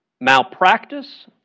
malpractice